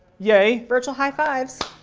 yay! virtual high-five's.